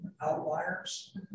outliers